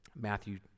Matthew